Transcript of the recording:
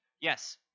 Yes